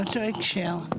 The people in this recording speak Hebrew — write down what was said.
באותו הקשר.